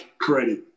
credit